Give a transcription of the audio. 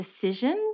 decisions